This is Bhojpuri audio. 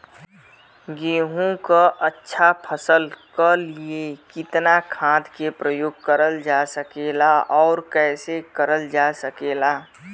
गेहूँक अच्छा फसल क लिए कितना खाद के प्रयोग करल जा सकेला और कैसे करल जा सकेला?